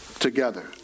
together